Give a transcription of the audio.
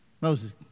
Moses